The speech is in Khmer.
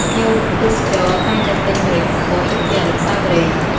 ភ្ញៀវទេសចរណ៍តែងតែទិញម្រេចកំពតទុកជាអនុស្សាវរីយ៍។